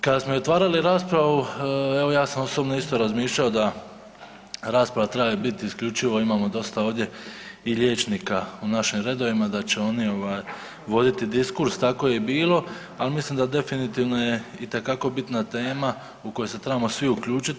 Kada smo otvarali evo ja sam osobno isto razmišljao da rasprava treba biti isključivo imamo dosta ovdje i liječnika u našim redovima da će oni voditi diskurs, tako je i bilo, al mislim da definitivno je itekako bitna tema u kojoj se trebamo svi uključiti.